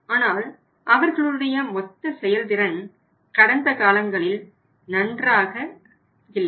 ஆனால் அவர்களுடைய மொத்த செயல்திறன் கடந்த காலங்களில் நன்றாக இல்லை